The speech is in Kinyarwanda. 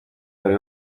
ihora